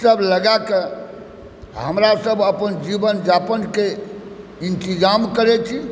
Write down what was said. सभ लगाके हमरासब अपन जीवनयापनके इंतजाम करैत छी